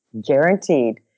Guaranteed